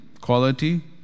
quality